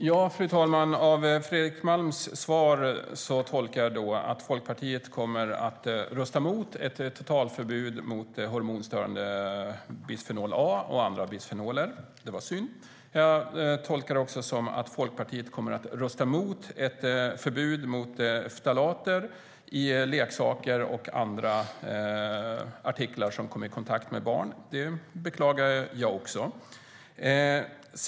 Fru talman! Jag tolkar Fredrik Malms svar så att Folkpartiet kommer att rösta emot ett totalförbud av hormonstörande bisfenol A och andra bisfenoler. Det beklagar jag. Som jag tolkar svaret kommer Folkpartiet även att rösta emot ett förbud av ftalater i leksaker och andra artiklar som barn kommer i kontakt med. Det beklagar jag också.